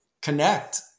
connect